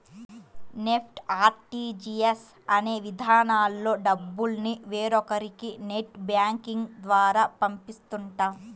NEFT, RTGS అనే విధానాల్లో డబ్బుల్ని వేరొకరికి నెట్ బ్యాంకింగ్ ద్వారా పంపిస్తుంటాం